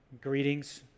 greetings